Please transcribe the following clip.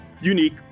unique